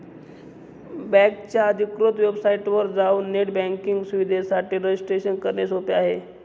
बकेच्या अधिकृत वेबसाइटवर जाऊन नेट बँकिंग सुविधेसाठी रजिस्ट्रेशन करणे सोपे आहे